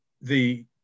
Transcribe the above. the-